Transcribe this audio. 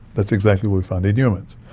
that's exactly what we found in humans.